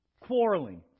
Quarreling